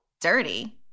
dirty